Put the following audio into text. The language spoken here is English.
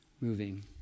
moving